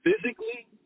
physically